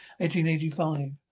1885